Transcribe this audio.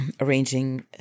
arranging